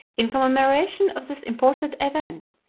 in commemoration of this important event,